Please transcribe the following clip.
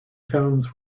towns